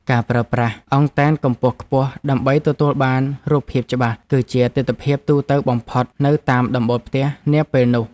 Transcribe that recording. ការប្រើប្រាស់អង់តែនកម្ពស់ខ្ពស់ដើម្បីទទួលបានរូបភាពច្បាស់ គឺជាទិដ្ឋភាពទូទៅបំផុតនៅតាមដំបូលផ្ទះនាពេលនោះ។